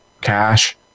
cash